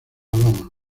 alabama